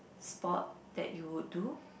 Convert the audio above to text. sport that you would do